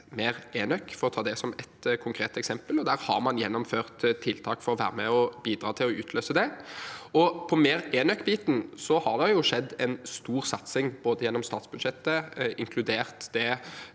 mer enøk, for å ta det som et konkret eksempel. Der har man gjennomført tiltak for å være med og bidra til å utløse det. På biten som gjelder mer enøk, har det skjedd en stor satsing, bl.a. gjennom statsbudsjettet, inkludert den